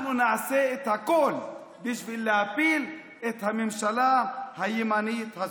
אנחנו נעשה את הכול בשביל להפיל את הממשלה הימנית הזו.